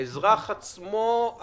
האזרח עצמו,